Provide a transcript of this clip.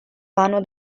vano